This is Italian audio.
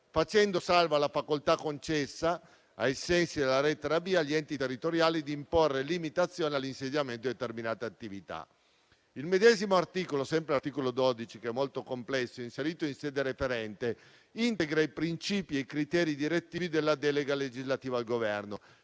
facendo salva la facoltà concessa, ai sensi della lettera *b)*, agli enti territoriali di imporre limitazioni all'insediamento di determinate attività. Il medesimo articolo 12, che è molto complesso, inserito in sede referente, integra i princìpi e i criteri direttivi della delega legislativa al Governo